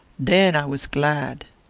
then i was glad.